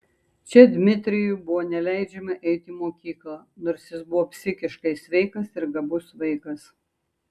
čia dmitrijui buvo neleidžiama eiti į mokyklą nors jis buvo psichiškai sveikas ir gabus vaikas